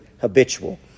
habitual